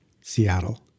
Seattle